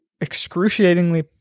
excruciatingly